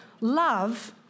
love